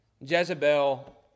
Jezebel